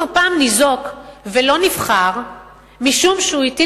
אבל הוא כבר פעם ניזוק ולא נבחר משום שהטיל